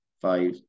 five